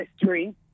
history